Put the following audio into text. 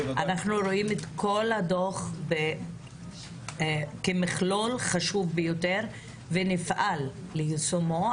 אנחנו רואים את כל הדוח כמכלול חשוב ביותר ונפעל ליישומו,